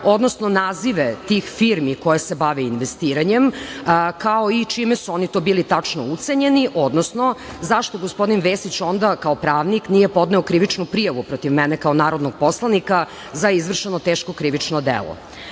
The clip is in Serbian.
odnosno nazive tih firmi koje se bave investiranjem, kao i čime su oni to bili tačno ucenjeni, odnosno zašto gospodin Vesić onda, kao pravnik, nije podneo krivičnu prijavu protiv mene kao narodnog poslanika za izvršeno teško krivično delo. Drugo